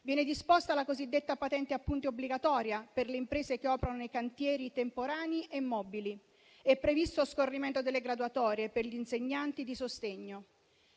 Viene disposta la cosiddetta patente a punti obbligatoria per le imprese che operano nei cantieri temporanei e mobili. È previsto lo scorrimento delle graduatorie per gli insegnanti di sostegno.